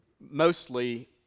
mostly